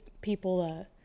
people